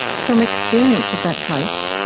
from experience of that place,